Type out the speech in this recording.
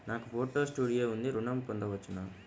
నాకు photo studio ఉంది ఋణం పొంద వచ్చునా?